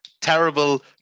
terrible